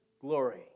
glory